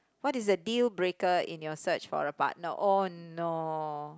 what is the deal breaker in your search for a partner oh no